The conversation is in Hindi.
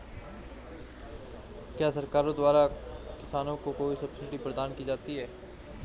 क्या सरकार द्वारा किसानों को कोई सब्सिडी प्रदान की जाती है?